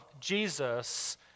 Jesus